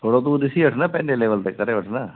थोरो तू ॾिसी वठि न पंहिंजे लेविल ते करे वठि न